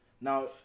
Now